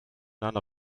none